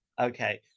Okay